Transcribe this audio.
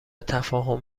تفاهم